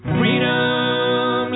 freedom